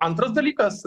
antras dalykas